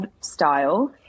style